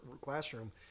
classroom